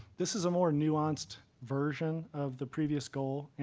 this is a more nuanced version of the previous goal,